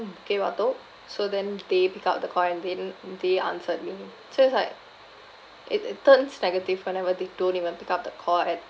bukit batok so then they pick up the call and then they answered me so it's like it it turns negative whenever they don't even pick up the call at